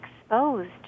exposed